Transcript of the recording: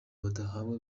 badahabwa